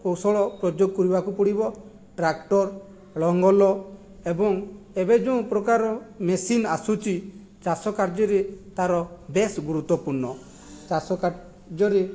କୌଶଳ ପ୍ରଯୋଗ କରିବାକୁ ପଡ଼ିବ ଟ୍ରାକ୍ଟର ଲଙ୍ଗଲ ଏବଂ ଏବେ ଯୋଉଁ ପ୍ରକାର ମେସିନ ଆସୁଛି ଚାଷ କାର୍ଯ୍ୟରେ ତାର ବେଶ ଗୁରୁତ୍ୱପୂର୍ଣ୍ଣ ଚାଷ କାର୍ଯ୍ୟରେ